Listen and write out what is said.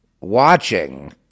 watching